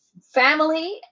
family